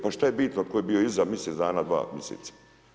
Pa šta je bitno tko je bio iza mjesec dana, dva mjeseca?